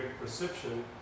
perception